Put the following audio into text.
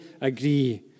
agree